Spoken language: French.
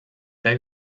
pas